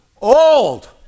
old